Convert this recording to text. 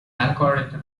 algorithms